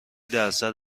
درصد